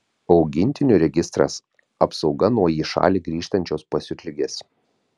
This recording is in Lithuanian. augintinių registras apsauga nuo į šalį grįžtančios pasiutligės